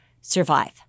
survive